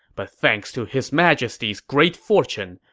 but thanks to his majesty's great fortune,